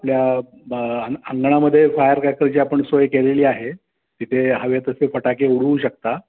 आपल्या अंगणामध्ये फायर कॅकरची आपण सोय केलेली आहे तिथे हवे तसे फटाके उडवू शकता